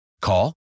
Call